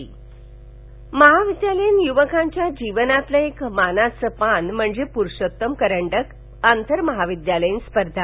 voice कास्टकरंडक महाविद्यालयीन युवकांच्या जीवनातल एक मानाच पान म्हणजेच पुरुषोत्तम करंडक आंतरमहाविद्यालयीन स्पर्धा